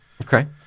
Okay